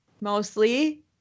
mostly